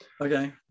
Okay